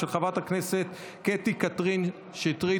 ועדת כלכלה, ועדת כנסת וועדת הכספים.